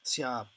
sia